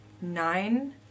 nine